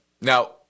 Now